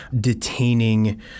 detaining